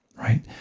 right